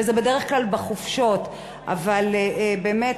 וזה בדרך כלל בחופשות אבל באמת,